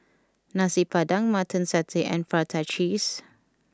Nasi Padang Mutton Satay and Prata Cheese